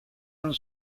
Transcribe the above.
non